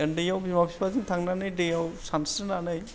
उन्दैयाव बिमा बिफाजों थांनानै दैयाव सानस्रिनानै